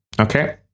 Okay